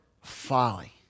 folly